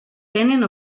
tenen